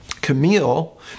Camille